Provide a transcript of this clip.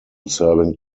serving